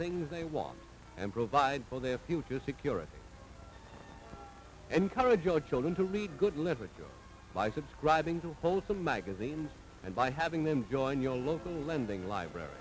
things they want and provide for their future security encourage our children to lead good lives by subscribing to wholesome magazines and by having them join your local lending library